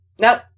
Nope